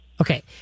Okay